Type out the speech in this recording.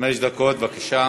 חמש דקות, בבקשה.